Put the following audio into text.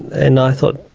and i thought,